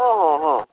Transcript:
ହଁ ହଁ ହଁ